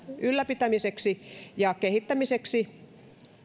ylläpitämiseksi ja kehittämiseksi